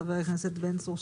חבר הכנסת יואב בן צור,